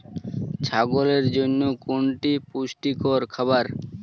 ছাগলের জন্য কোনটি পুষ্টিকর খাবার?